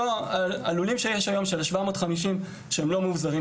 הלולים שיש היום של 750 שאינם מאובזרים,